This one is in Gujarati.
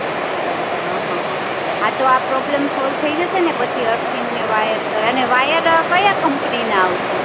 ઓકે બરાબર હંહંહ હા તો આ પ્રોબ્લમ સોલ થઈ જશે ને પછી અરથિંગ ને વાયર અને વાયર કયા કંપનીના આવશે